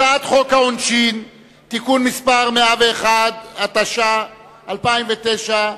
הצעת חוק העונשין (תיקון מס' 101), התש"ע 2009,